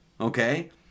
Okay